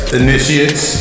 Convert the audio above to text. initiates